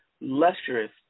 lustrous